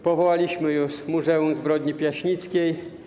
Powołaliśmy już muzeum zbrodni piaśnickiej.